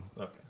Okay